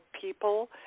people